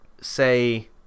say